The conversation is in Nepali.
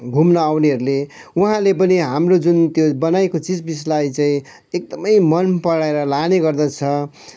घुम्न आउनेहरूले उहाँले पनि हाम्रो जुन त्यो बनाएको चिजबिजलाई चाहिँ एकदमै मन पराएर लाने गर्दछ